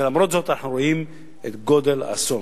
ולמרות זאת אנחנו רואים את גודל האסון.